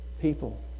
people